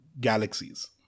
galaxies